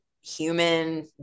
human